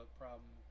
problem